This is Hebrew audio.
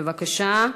בבקשה.